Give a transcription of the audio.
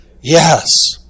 Yes